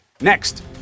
Next